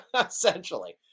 essentially